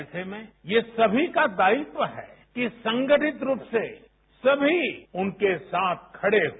ऐसे में यह समी का दायित्व है कि संगठित रूप से सभी उनके साथ खड़े हों